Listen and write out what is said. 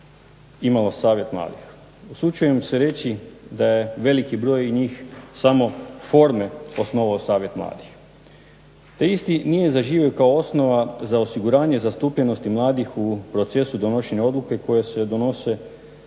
imalo savjet mladih. Usuđujem se reći da je veliki broj i njih samo forme osnovao savjet mladih te isti nije zaživio kao osnova za osiguranje zastupljenosti mladih u procesu donošenja odluka koja se odnose